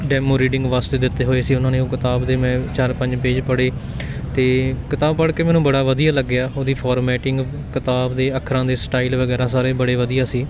demo reading ਵਾਸਤੇ ਦਿੱਤੇ ਹੋਏ ਸੀ ਉਹਨਾਂ ਨੇ ਉਹ ਕਿਤਾਬ ਦੇ ਮੈਂ ਚਾਰ ਪੰਜ ਪੇਜ ਪੜ੍ਹੇ ਅਤੇ ਕਿਤਾਬ ਪੜ੍ਹ ਕੇ ਮੈਨੂੰ ਬੜਾ ਵਧੀਆ ਲੱਗਿਆ ਉਹਦੀ ਫੋਰਮੈਟਿੰਗ ਕਿਤਾਬ ਦੇ ਅੱਖਰਾਂ ਦੇ ਸਟਾਈਲ ਵਗੈਰਾ ਸਾਰੇ ਬੜੇ ਵਧੀਆ ਸੀ